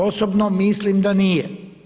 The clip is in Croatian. Osobno mislim da nije.